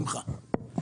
בשמחה.